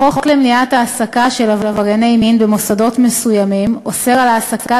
החוק למניעת העסקה של עברייני מין במוסדות מסוימים אוסר העסקת